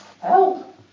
Help